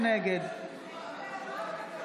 נגד יום טוב חי כלפון,